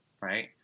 right